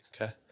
Okay